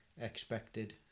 expected